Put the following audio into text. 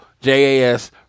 JAS